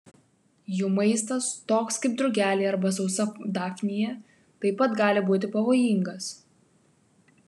jų maistas toks kaip drugeliai arba sausa dafnija taip pat gali būti pavojingas